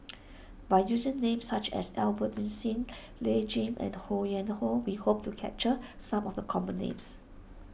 by using names such as Albert Winsemius Lim Jay and Ho Yuen Hoe we hope to capture some of the common names